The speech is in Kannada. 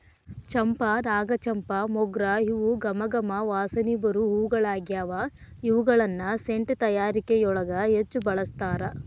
ಚಂಪಾ, ನಾಗಚಂಪಾ, ಮೊಗ್ರ ಇವು ಗಮ ಗಮ ವಾಸನಿ ಬರು ಹೂಗಳಗ್ಯಾವ, ಇವುಗಳನ್ನ ಸೆಂಟ್ ತಯಾರಿಕೆಯೊಳಗ ಹೆಚ್ಚ್ ಬಳಸ್ತಾರ